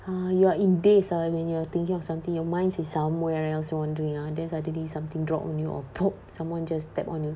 ha you are in daze ah when you're thinking of something your mind is somewhere else wondering ah then suddenly something drop on you or poke someone just step on you